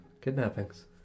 kidnappings